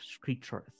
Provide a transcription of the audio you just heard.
creatures